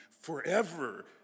forever